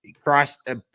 Christ